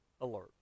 alert